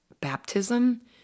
baptism